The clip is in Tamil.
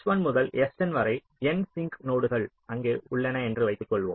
s1 முதல் sn வரை n சிங்க் நோடுகள் அங்கே உள்ளன என்று வைத்துக் கொள்வோம்